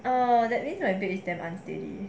oh that means your bed is damn unsteady